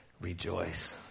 rejoice